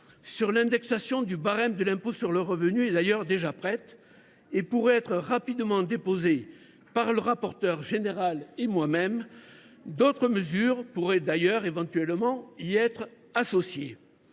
indexation du barème de l’impôt sur le revenu est déjà prête et pourrait être rapidement déposée par le rapporteur général et moi même ; d’autres mesures pourraient éventuellement y être associées.